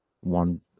one